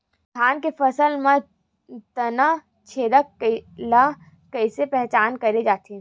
धान के फसल म तना छेदक ल कइसे पहचान करे जाथे?